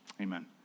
Amen